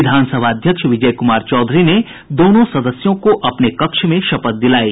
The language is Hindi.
विधानसभा अध्यक्ष विजय कुमार चौधरी ने दोनों सदस्यों को अपने कक्ष में शपथ दिलायी